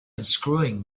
unscrewing